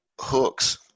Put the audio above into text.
hooks